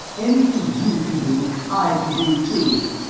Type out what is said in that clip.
anything you can do, i can do, too!